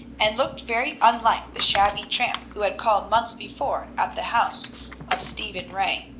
and looked very unlike the shabby tramp who had called months before at the house of stephen ray.